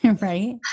Right